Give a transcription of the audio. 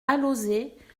alauzet